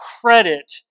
credit